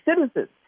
citizens